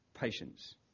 patience